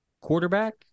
quarterback